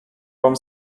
bom